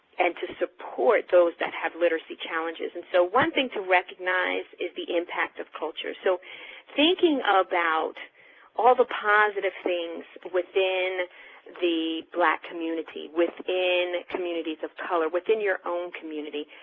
and to support those that have literacy challenges. and so one thing to recognize is the impact of culture. so thinking about all the positive things within the black community, within communities of color, within your own community,